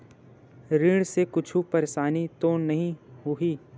ऋण से कुछु परेशानी तो नहीं होही?